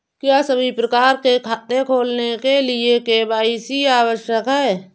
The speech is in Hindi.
क्या सभी प्रकार के खाते खोलने के लिए के.वाई.सी आवश्यक है?